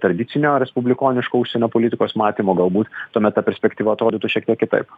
tradicinio respublikoniško užsienio politikos matymo galbūt tuomet ta perspektyva atrodytų šiek tiek kitaip